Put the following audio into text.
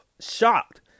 shocked